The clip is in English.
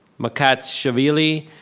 mckatshaveli,